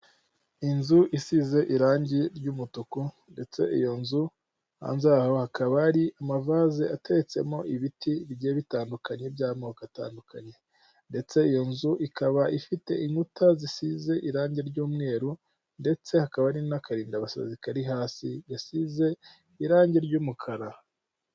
Inzu isize irangi ry'umutuku ndetse iyo nzu hanze hayo hakaba hari amavaze ateretsemo ibiti bigiye bitandukanye by'amoko atandukanye ndetse iyo nzu ikaba ifite inkuta zisize irangi ry'umweru ndetse hakaba hari n'akarindabasazi kari hasi gasize irangi ry'umukara.